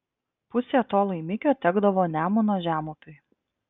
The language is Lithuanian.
pusė to laimikio tekdavo nemuno žemupiui